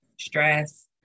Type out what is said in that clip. stress